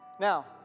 Now